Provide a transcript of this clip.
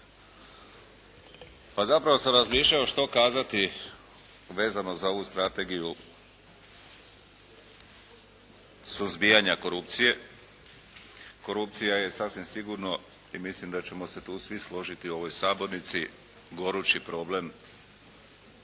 Pa zapravo sam razmišljao što kazati vezano za ovu strategiju suzbijanja korupcije. Korupcija je sasvim sigurno i mislim da ćemo se tu svi složiti u ovoj sabornici gorući problem u